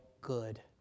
good